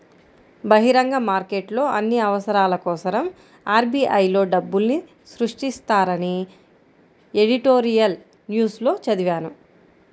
బహిరంగ మార్కెట్లో అన్ని అవసరాల కోసరం ఆర్.బి.ఐ లో డబ్బుల్ని సృష్టిస్తారని ఎడిటోరియల్ న్యూస్ లో చదివాను